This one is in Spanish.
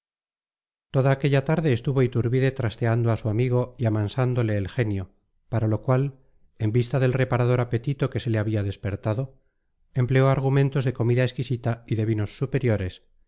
toda aquella tarde estuvo iturbide trasteando a su amigo y amansándole el genio para lo cual en vista del reparador apetito que se le había despertado empleó argumentos de comida exquisita y de vinos superiores